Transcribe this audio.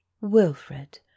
wilfred